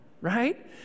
right